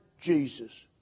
Jesus